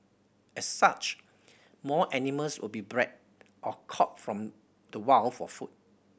as such more animals will be bred or caught from the wild for food